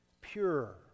pure